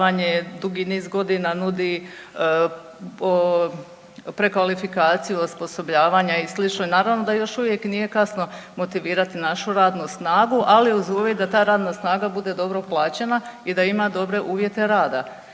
dugi niz godina nudi prekvalifikaciju, osposobljavanja i sl. i naravno da još uvijek nije kasno motivirati našu radnu snagu, ali uz uvjet da ta radna snaga bude dobro plaćena i da ima dobre uvjete rada.